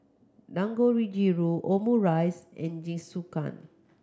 Dangojiru Omurice and Jingisukan